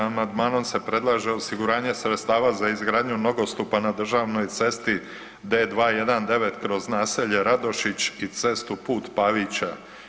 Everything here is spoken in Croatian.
Amandmanom se predlaže osiguranje sredstava za izgradnju nogostupa na državnoj cesti D-219 kroz naselje Radošić i cestu Put Palića.